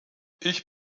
ich